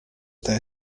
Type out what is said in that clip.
there